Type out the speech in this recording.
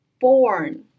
born